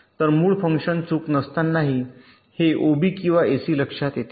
तर मूळ फंक्शन चूक नसतानाही हे ओबी किंवा एसी लक्षात येते